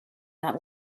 that